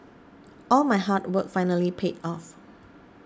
all my hard work finally paid off